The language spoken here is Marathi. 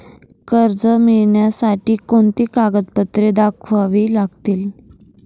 कर्ज मिळण्यासाठी कोणती कागदपत्रे दाखवावी लागतील?